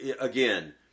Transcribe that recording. Again